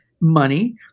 money